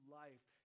life